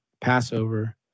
Passover